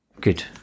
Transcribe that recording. Good